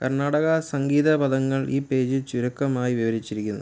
കർണാടക സംഗീത പദങ്ങൾ ഈ പേജിൽ ചുരുക്കമായി വിവരിച്ചിരിക്കുന്നു